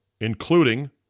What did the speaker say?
including